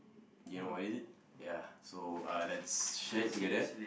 you know what is it ya so uh let's share it together